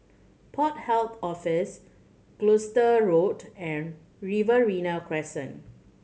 Port Health Office Gloucester Road and Riverina Crescent